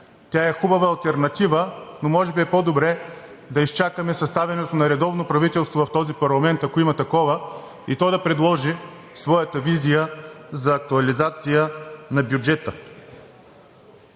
тя е хубава алтернатива, но може би е по-добре да изчакаме съставянето на редовно правителство в този парламент, ако има такова, и то да предложи своята визия за актуализация на бюджета.